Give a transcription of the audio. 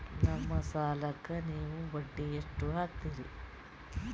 ನಮ್ಮ ಸಾಲಕ್ಕ ನೀವು ಬಡ್ಡಿ ಎಷ್ಟು ಹಾಕ್ತಿರಿ?